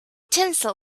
tinsel